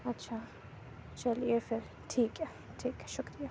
اچھا چلیے پھر ٹھیک ہے ٹھیک ہے شکریہ